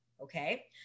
okay